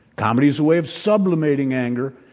comedy is a way of sublimating anger,